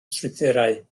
strwythurau